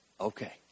okay